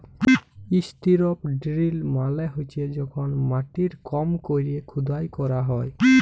strip drill মালে হছে যখল মাটির কম ক্যরে খুদাই ক্যরা হ্যয়